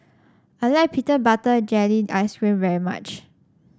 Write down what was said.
I like Peanut Butter Jelly Ice cream very much